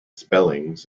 spellings